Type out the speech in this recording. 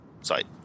site